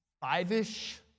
five-ish